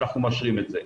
אנחנו מאשרים את זה.